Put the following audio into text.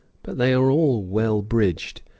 but they are all well bridged,